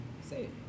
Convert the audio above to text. say